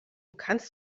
kannst